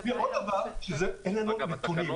ועוד דבר אין לנו נתונים.